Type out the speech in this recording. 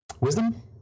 wisdom